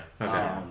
Okay